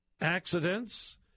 accidents